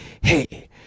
hey